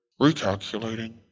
recalculating